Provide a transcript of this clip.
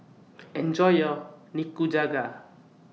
Enjoy your Nikujaga